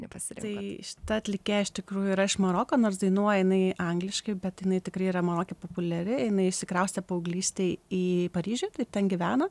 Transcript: tai šita atlikėja iš tikrųjų yra iš maroko nors dainuoja jinai angliškai bet jinai tikrai yra maroke populiari jinai išsikraustė paauglystėje į paryžių ten gyveno